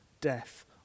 death